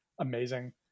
amazing